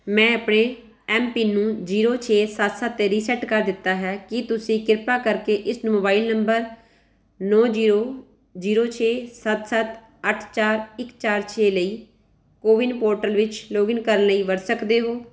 ਮੈਂ ਆਪਣੇ M pin ਨੂੰ ਜ਼ੀਰੋ ਛੇ ਸੱਤ ਸੱਤ 'ਤੇ ਰੀਸੈਟ ਕਰ ਦਿੱਤਾ ਹੈ ਕੀ ਤੁਸੀਂ ਕਿਰਪਾ ਕਰਕੇ ਇਸ ਨੂੰ ਮੋਬਾਈਲ ਨੰਬਰ ਨੌ ਜ਼ੀਰੋ ਜ਼ੀਰੋ ਛੇ ਸੱਤ ਸੱਤ ਅੱਠ ਚਾਰ ਇੱਕ ਚਾਰ ਛੇ ਲਈ ਕੋਵਿੱਨ ਪੋਰਟਲ ਵਿੱਚ ਲੋਗਇਨ ਕਰਨ ਲਈ ਵਰਤ ਸਕਦੇ ਹੋ